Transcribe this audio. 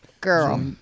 Girl